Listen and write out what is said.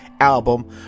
album